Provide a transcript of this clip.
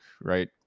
right